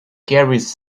carries